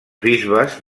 bisbes